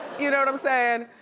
you know what i'm sayin'?